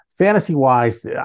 Fantasy-wise